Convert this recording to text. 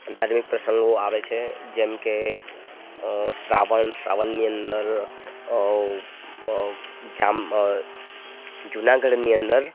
ધાર્મિક પ્રસંગો આવે છે જેમ કે શ્રાવણ શ્રાવણની અંદર જામ જૂનાગઢની અંદર